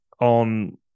on